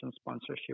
sponsorship